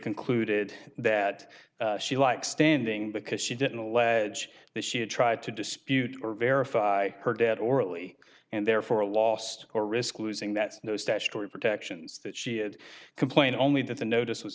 concluded that she likes standing because she didn't allege that she had tried to dispute or verify her dad orally and therefore lost or risk losing that those statutory protections that she had complained only that the notice was